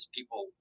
people